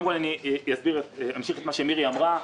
קודם כול אמשיך את מה שמירי סביון אמרה.